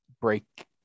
break